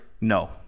No